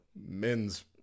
Men's